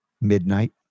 Midnight